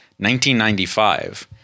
1995